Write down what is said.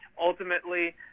ultimately –